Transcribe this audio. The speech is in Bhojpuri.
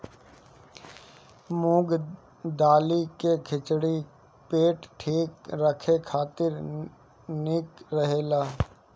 मूंग दाली के खिचड़ी पेट ठीक राखे खातिर निक रहेला